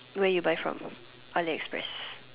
where you buy from Ali express